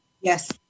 Yes